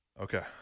Okay